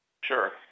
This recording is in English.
Sure